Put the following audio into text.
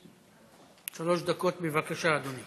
שלוש דקות, בבקשה, אדוני.